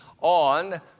on